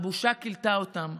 הבושה כילתה אותם,